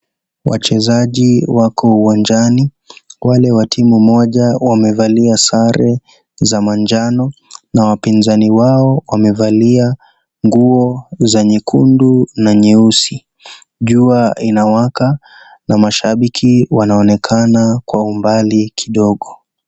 Wachezaji wako uwanjani wale wa timu moja wamevalia sare ya manjano na wapinzani wao wamevalia nguo za nyekundu na nyeusi. Jua inawaka na mashabiki wanaonekana kwa umbali kidogo.